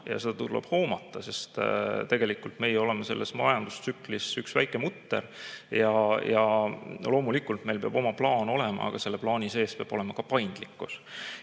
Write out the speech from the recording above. seda tuleb hoomata, sest tegelikult meie oleme selles majandustsüklis üks väike mutter. Loomulikult peab meil olema oma plaan, aga selle plaani sees peab olema ka paindlikkus. Seetõttu